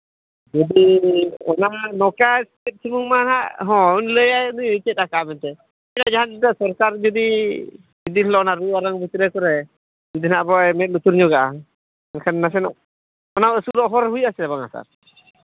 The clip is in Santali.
ᱡᱩᱫᱤ ᱚᱱᱟ ᱱᱚᱝᱠᱟ ᱠᱟᱹᱡ ᱥᱩᱢᱩᱝ ᱢᱟ ᱦᱟᱸᱜ ᱦᱳᱭ ᱞᱟᱹᱭᱟᱭ ᱪᱮᱫ ᱠᱟᱜ ᱯᱮᱥᱮ ᱪᱮᱫ ᱡᱟᱦᱟᱸ ᱛᱤᱥᱚᱜ ᱥᱚᱨᱠᱟᱨ ᱡᱩᱫᱤ ᱫᱤᱱ ᱦᱤᱞᱳᱜ ᱵᱷᱤᱛᱨᱤ ᱠᱚᱨᱮ ᱡᱩᱫᱤ ᱦᱟᱸᱜ ᱟᱵᱚᱣᱟᱜ ᱢᱮᱫ ᱞᱩᱛᱩᱨ ᱧᱚᱜᱟ ᱮᱱᱠᱷᱟᱱ ᱱᱟᱥᱮᱹᱱᱟᱜ ᱚᱱᱟ ᱩᱥᱩᱞᱚᱜ ᱦᱚᱨ ᱦᱩᱭᱩᱜᱼᱟᱥᱮ ᱵᱟᱝ ᱛᱟᱦᱞᱮ